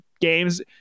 games